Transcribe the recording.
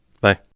Bye